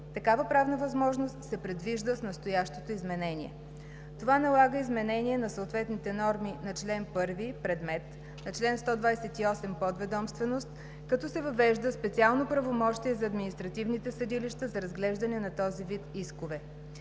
такава правна възможност се предвижда с настоящото изменение. Това налага изменение на съответните норми на чл. 1 – „Предмет“, на чл. 128 – „Подведомственост“, като се въвежда специално правомощие за административните съдилища за разглеждане на този вид искове.